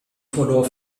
verlor